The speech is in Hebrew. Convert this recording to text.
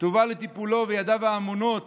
תובא לטיפולו ולידיו האמונות